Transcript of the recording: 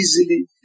Easily